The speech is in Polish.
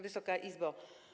Wysoka Izbo!